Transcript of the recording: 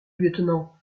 lieutenant